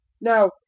Now